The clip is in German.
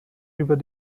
über